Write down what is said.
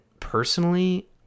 personally